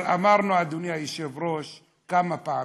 אבל אמרנו, אדוני היושב-ראש, כמה פעמים: